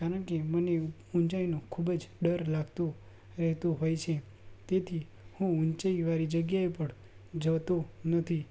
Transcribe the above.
કારણ કે મને ઊંચાઈનો ખૂબ જ ડર લાગતો રહેતો હોય છે તેથી હું ઊંચાઈવાળી જગ્યાએ પણ જતો નથી